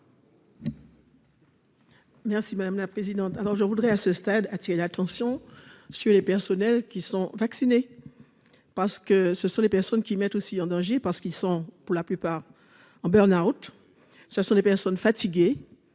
Merci madame la présidente, alors je voudrais à ce stade, attirer l'attention sur les personnels qui sont vaccinés, parce que ce sont des personnes qui met aussi en danger parce qu'ils sont pour la plupart en burn-out ça ce sont des personnes fatiguées,